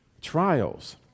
trials